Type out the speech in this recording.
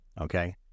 Okay